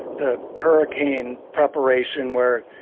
the hurricane preparation where,